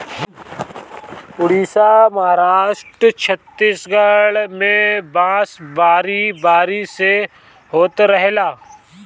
उड़ीसा, महाराष्ट्र, छतीसगढ़ में बांस बारी बारी से होत रहेला